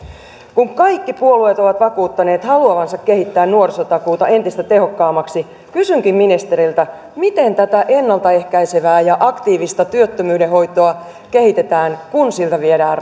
kun kaikki puolueet ovat vakuuttaneet haluavansa kehittää nuorisotakuuta entistä tehokkaammaksi kysynkin ministeriltä miten tätä ennalta ehkäisevää ja aktiivista työttömyyden hoitoa kehitetään kun siltä viedään